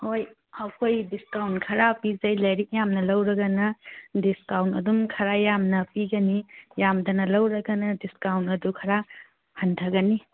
ꯍꯣꯏ ꯑꯩꯈꯣꯏ ꯗꯤꯁꯀꯥꯎꯟ ꯈꯔ ꯄꯤꯖꯩ ꯂꯥꯏꯔꯤꯛ ꯌꯥꯝꯅ ꯂꯧꯔꯒꯅ ꯗꯤꯁꯀꯥꯎꯅ ꯑꯗꯨꯝ ꯈꯔ ꯌꯥꯝꯅ ꯄꯤꯒꯅꯤ ꯌꯥꯝꯗꯅ ꯂꯧꯔꯒꯅ ꯗꯤꯁꯀꯥꯎꯟ ꯑꯗꯨ ꯈꯔ ꯍꯟꯊꯒꯅꯤ